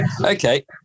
Okay